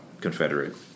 Confederate